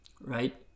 right